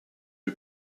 who